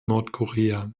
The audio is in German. nordkorea